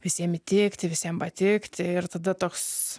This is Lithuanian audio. visiem įtikti visiem patikti ir tada toks